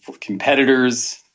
competitors